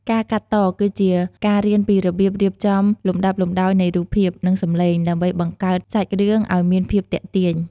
ការកាត់ត គឺជាការរៀនពីរបៀបរៀបចំលំដាប់លំដោយនៃរូបភាព និងសំឡេង ដើម្បីបង្កើតសាច់រឿងឱ្យមានភាពទាក់ទាញ។